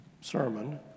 sermon